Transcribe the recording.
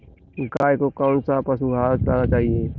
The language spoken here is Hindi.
गाय को कौन सा पशु आहार खिलाना चाहिए?